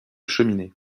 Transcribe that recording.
cheminée